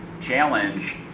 challenge